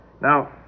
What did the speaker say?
Now